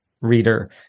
reader